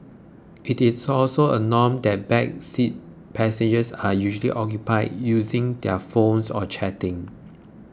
it is also a norm that back seat passengers are usually occupied using their phones or chatting